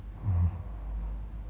mm